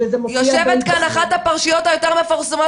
יושבת כאן אחת הפרשיות היותר מפורסמות